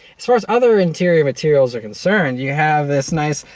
as far as other interior materials are concerned, you have this nice,